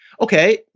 Okay